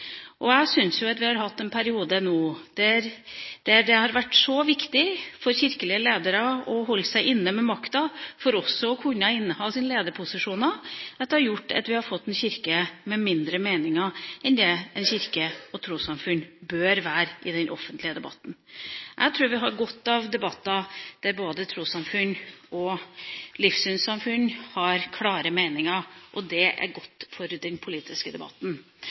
Jeg syns vi har hatt en periode nå da det har vært så viktig for kirkelige ledere å holde seg inne med makta for også å kunne inneha sine lederposisjoner, at det har gjort at vi har fått en kirke med færre meninger enn det en kirke og trossamfunn bør ha i den offentlige debatten. Jeg tror vi har godt av debatter der både trossamfunn og livssynssamfunn har klare meninger, og at det er godt for den politiske debatten.